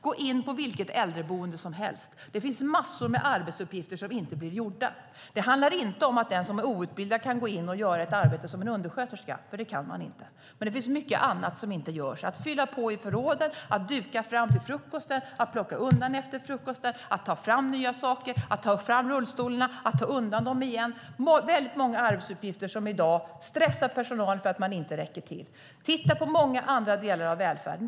Gå in på vilket äldreboende som helst! Det finns massor med arbetsuppgifter som inte blir gjorda. Det handlar inte om att den som är outbildad kan gå in och göra ett arbete som undersköterska, för det kan man inte. Men det finns mycket annat som inte görs. Det handlar om att fylla på i förrådet, att duka fram till frukosten, att plocka undan efter frukosten, att ta fram nya saker, att ta fram rullstolarna och att ta undan dem igen. Det är många arbetsuppgifter som i dag stressar personalen för att den inte räcker till. Titta på många andra delar av välfärden!